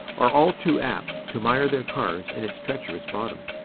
are all too apt to mire their cars in its treacherous bottom.